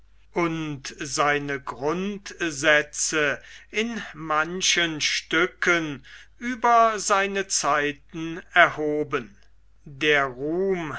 und seine grundsätze in manchen stücken über seine zeiten erhoben der ruhm